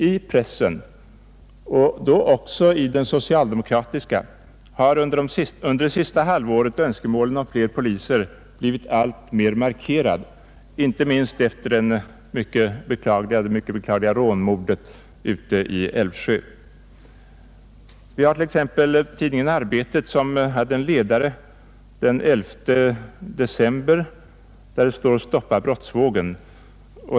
I pressen — och då också den socialdemokratiska — har under det senaste halvåret önskemålen om fler poliser blivit alltmer markerade, inte minst efter det beklagliga rånmordet i Älvsjö. Tidningen Arbetet hade en ledare den 11 december med rubriken ”Stoppa brottsvågen!